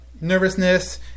nervousness